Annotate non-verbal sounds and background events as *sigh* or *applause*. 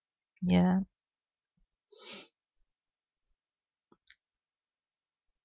ya *breath*